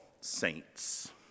saints